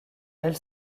elle